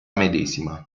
medesima